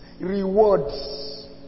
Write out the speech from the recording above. rewards